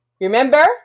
remember